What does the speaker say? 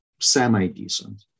semi-decent